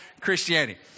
Christianity